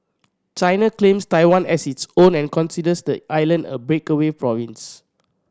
China claims Taiwan as its own and considers the island a breakaway province